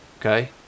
okay